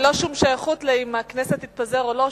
ללא שום שייכות אם הכנסת תתפזר או לא,